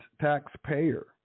taxpayer